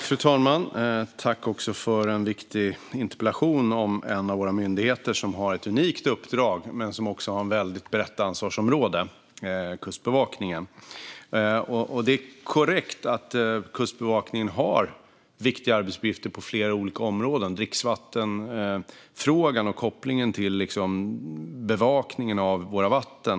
Fru talman! Tack, Alexandra Anstrell, för en viktig interpellation om en av våra myndigheter, Kustbevakningen, som har ett unikt uppdrag men som också har ett väldigt brett ansvarsområde! Det är korrekt att Kustbevakningen har viktiga arbetsuppgifter på flera olika områden. Ett av dem är dricksvattenfrågan, som har koppling till bevakningen av våra vatten.